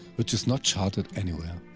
which is not charted anywhere.